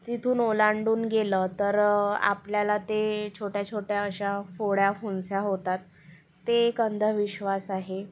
तिथून ओलांडून गेलं तर आपल्याला ते छोट्या छोट्या अश्या फोड्या फुंस्या होतात ते एक अंधविश्वास आहे